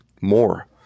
more